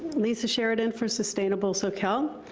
lisa sheridan from sustainable soquel.